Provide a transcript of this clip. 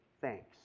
thanks